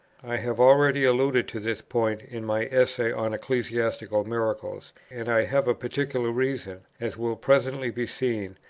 i have already alluded to this point in my essay on ecclesiastical miracles, and i have a particular reason, as will presently be seen,